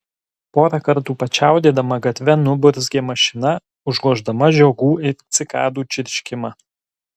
porą kartų pačiaudėdama gatve nuburzgė mašina užgoždama žiogų ir cikadų čirškimą